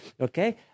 Okay